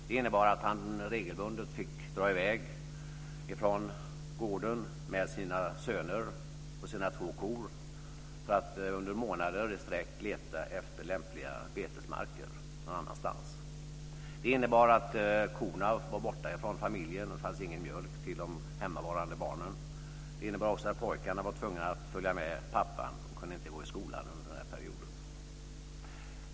Det innebar att han regelbundet fick dra i väg från gården med sina söner och sina två kor för att under månader i sträck leta efter lämpliga betesmarker någon annanstans. Det innebar att korna var borta från familjen. Det fanns ingen mjölk till de hemmavarande barnen. Det innebar också att pojkarna var tvungna att följa med pappa. De kunde inte gå i skolan under den perioden.